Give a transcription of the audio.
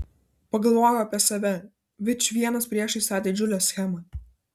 pagalvojau apie save vičvienas priešais tą didžiulę schemą